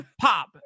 pop